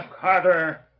Carter